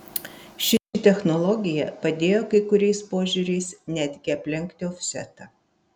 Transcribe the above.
ši technologija padėjo kai kuriais požiūriais netgi aplenkti ofsetą